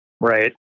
Right